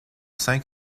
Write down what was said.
cinq